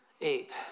Eight